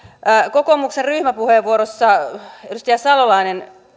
kokoomuksen ryhmäpuheenvuorossa edustaja salolainen